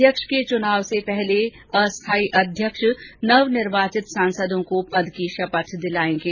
अध्यक्ष के चुनाव से पहले अस्थाई अध्यक्ष नवनिर्वाचित सांसदों को पद की शपथ दिलाएंगे